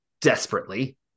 desperately